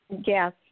yes